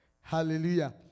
Hallelujah